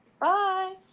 Bye